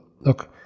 look